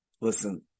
Listen